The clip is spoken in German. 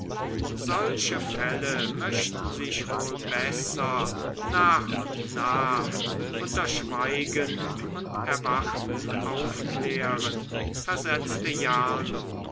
solche fälle möchten sich wohl besser nach und nach unter schweigen und erwarten aufklären versetzte jarno